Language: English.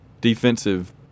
defensive